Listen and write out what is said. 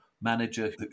manager